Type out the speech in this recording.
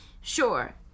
sure